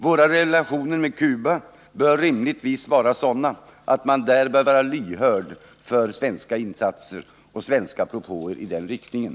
Våra relationer med Cuba bör rimligtvis vara sådana att man där bör vara lyhörd för svenska propåer i den riktningen.